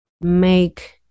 make